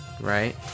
Right